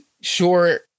sure